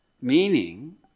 meaning